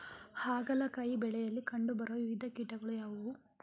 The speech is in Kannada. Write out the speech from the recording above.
ಹಾಗಲಕಾಯಿ ಬೆಳೆಯಲ್ಲಿ ಕಂಡು ಬರುವ ವಿವಿಧ ಕೀಟಗಳು ಯಾವುವು?